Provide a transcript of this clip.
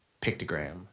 pictogram